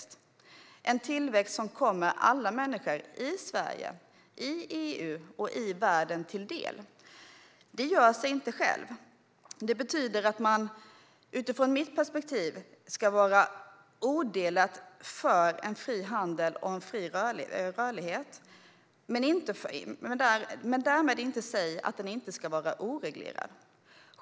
Det handlar om en tillväxt som kommer alla människor till del - i Sverige, i EU och i världen. Det görs inte av sig självt. Det betyder att man, utifrån mitt perspektiv, ska vara odelat för fri handel och fri rörlighet. Därmed inte sagt att det ska vara oreglerat.